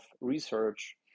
research